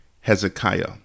Hezekiah